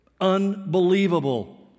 Unbelievable